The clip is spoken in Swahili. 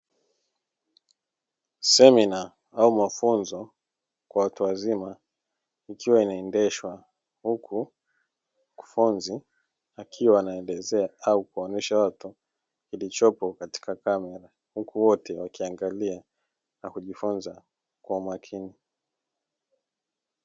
Semina au mafunzo ya watu wazima, ikiwa inaendeshwa huku wanafunzi akiwa anaelezea au kuonesha watu kilichopo katika kamera, huku wote wakiangalia na kujifunza kwa umakini.